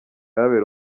habera